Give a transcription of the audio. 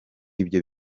ibyo